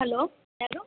hello ಯಾರು